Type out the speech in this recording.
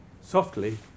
Softly